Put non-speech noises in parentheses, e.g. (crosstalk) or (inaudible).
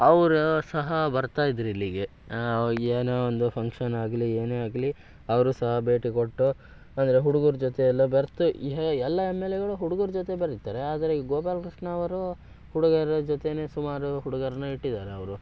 ಅವ್ರೂ ಸಹ ಬರ್ತಾ ಇದ್ರು ಇಲ್ಲಿಗೆ ಅವ್ರ್ ಏನೋ ಒಂದು ಫಂಕ್ಷನ್ನಾಗಲಿ ಏನೇ ಆಗಲಿ ಅವರೂ ಸಹ ಭೇಟಿ ಕೊಟ್ಟು ಅಂದರೆ ಹುಡುಗರ ಜೊತೆ ಎಲ್ಲ ಬೆರೆತು (unintelligible) ಎಲ್ಲ ಎಮ್ ಎಲ್ ಏಗಳು ಹುಡುಗರ ಜೊತೆ ಬೆರೀತಾರೆ ಆದರೆ ಈ ಗೋಪಾಲಕೃಷ್ಣ ಅವರು ಹುಡುಗರ ಜೊತೆಯೇ ಸುಮಾರು ಹುಡುಗರ್ನ ಇಟ್ಟಿದ್ದಾರೆ ಅವರು